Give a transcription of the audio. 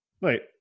Wait